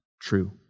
true